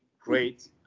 great